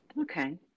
Okay